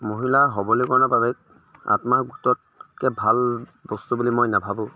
মহিলাৰ সৱলীকৰণৰ বাবে আত্মসহায়ক গোটতকৈ ভাল বস্তু বুলি মই নাভাবোঁ